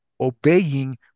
obeying